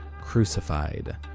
crucified